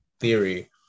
theory